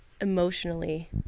emotionally